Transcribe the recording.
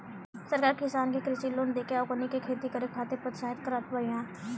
सरकार किसान के कृषि लोन देके ओकनी के खेती करे खातिर प्रोत्साहित करत बिया